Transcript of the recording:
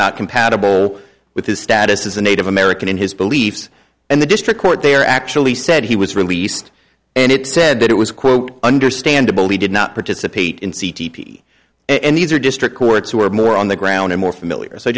not compatible with his status as a native american in his beliefs and the district court they are actually said he was released and it said that it was quote understandable he did not participate in c t and these are district courts who are more on the ground and more familiar so i